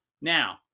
Now